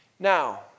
Now